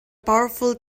powerful